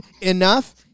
enough